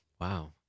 Wow